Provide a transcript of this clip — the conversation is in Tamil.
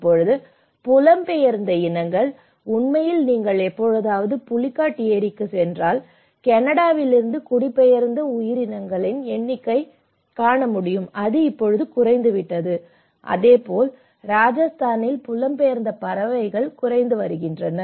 இப்போது புலம்பெயர்ந்த இனங்கள் உண்மையில் நீங்கள் எப்போதாவது புலிகாட் ஏரிக்குச் சென்றால் கனடாவிலிருந்து குடிபெயர்ந்த உயிரினங்களின் எண்ணிக்கை குறைந்துவிட்டது அதேபோல் ராஜஸ்தானில் புலம்பெயர்ந்த பறவைகள் குறைந்து வருகின்றன